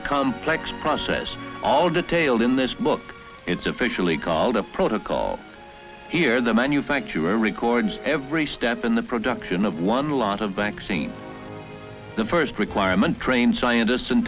a complex process all detailed in this book it's officially called a protocol here the manufacturer records every step in the production of one lot of vaccine the first requirement trained scientist